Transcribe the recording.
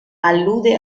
alude